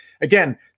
again